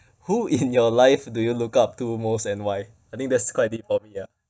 who in your life do you look up to most and why I think that's quite deep for me ah